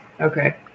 Okay